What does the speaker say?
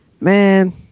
man